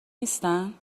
نیستن